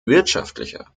wirtschaftlicher